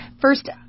first